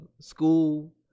school